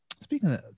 Speaking